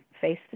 face